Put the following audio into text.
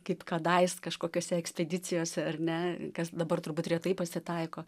kaip kadais kažkokiose ekspedicijose ar ne kas dabar turbūt retai pasitaiko